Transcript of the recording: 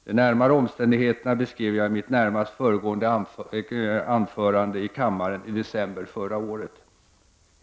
De närmare omständighe terna beskrev jag i mitt närmast föregående anförande i kammaren i december förra året.